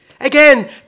again